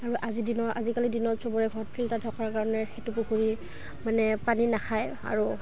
আৰু আজিৰ দিনৰ আজিকালি দিনত চবৰে ঘৰত ফিল্টাৰ থকাৰ কাৰণে সেইটো পুখুৰী মানে পানী নাখায় আৰু